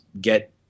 get